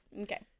Okay